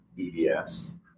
EDS